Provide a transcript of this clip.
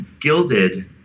gilded